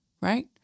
right